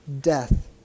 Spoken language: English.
death